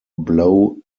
blow